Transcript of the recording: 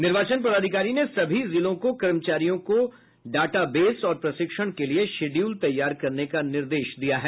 निर्वाचन पदाधिकारी ने सभी जिलों को कर्मचारियों को डाटा बेस और प्रशिक्षण के लिए शेड्यूल तैयार करने का निर्देश दिया है